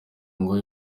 ngo